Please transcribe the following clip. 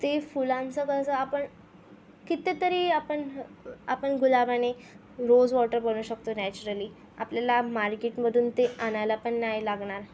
ते फुलांचं कसं आपण कितीतरी आपण आपण गुलाबाने रोज वॉटर बनवू शकतो नॅचरली आपल्याला मार्केटमधून ते आणायला पण नाही लागणार